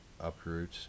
uproot